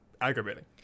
aggravating